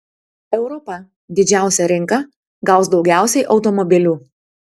europa didžiausia rinka gaus daugiausiai automobilių